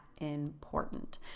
important